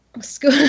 school